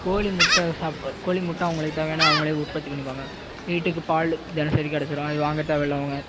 கோழி முட்டை சாப் கோழி முட்டை அவங்களுக்கு தேவையானதை அவங்களே உற்பத்தி பண்ணிப்பாங்க வீட்டுக்கு பால் தினசரி கிடச்சிரும் அது வாங்க தேவையில்ல அவங்க